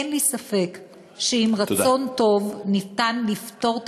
אין לי ספק שעם רצון טוב אפשר לפתור את